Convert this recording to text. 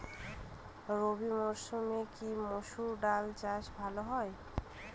রবি মরসুমে কি মসুর ডাল চাষ ভালো হয়?